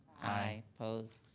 aye. opposed?